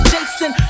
Jason